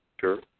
Sure